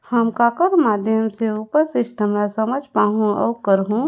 हम ककर माध्यम से उपर सिस्टम ला समझ पाहुं और करहूं?